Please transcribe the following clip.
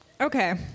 Okay